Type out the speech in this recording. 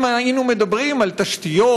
אם היינו מדברים על תשתיות,